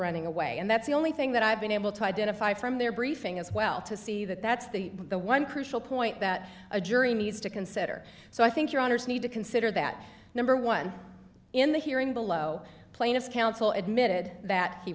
running away and that's the only thing that i've been able to identify from their briefing as well to see that that's the the one crucial point that a jury needs to consider so i think your honour's need to consider that number one in the hearing below plaintiff's counsel admitted that he